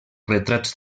retrats